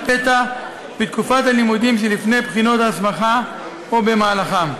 פתע בתקופת הלימודים שלפני בחינות ההסמכה או במהלכן.